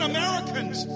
Americans